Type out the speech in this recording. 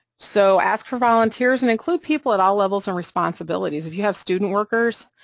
so ask for volunteers and include people at all levels and responsibilities, if you have student workers,